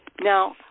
Now